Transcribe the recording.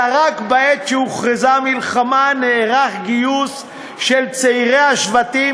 אלא רק בעת שהוכרזה מלחמה נערך גיוס של צעירי השבטים,